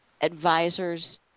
advisors